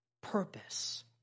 purpose